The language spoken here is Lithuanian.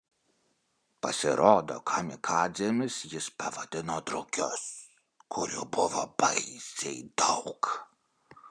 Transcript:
pasirodo kamikadzėmis jis pavadino drugius kurių buvo baisiai daug